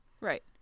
right